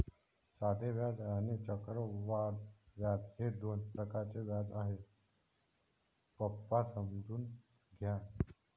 साधे व्याज आणि चक्रवाढ व्याज हे दोन प्रकारचे व्याज आहे, पप्पा समजून घ्या